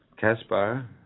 Caspar